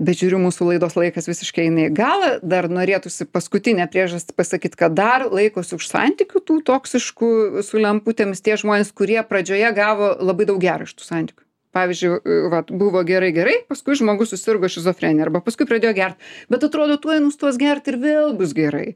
bet žiūriu mūsų laidos laikas visiškai eina į galą dar norėtųsi paskutinę priežastį pasakyt kad dar laikosi už santykių tų toksiškų su lemputėmis tie žmonės kurie pradžioje gavo labai daug gero iš tų santykių pavyzdžiu vat buvo gerai gerai paskui žmogus susirgo šizofrenija arba paskui pradėjo gert bet atrodo tuoj nustos gerti ir vėl bus gerai